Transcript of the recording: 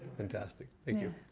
fantastic. thank you.